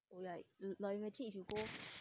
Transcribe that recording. oh ya you imagine if you go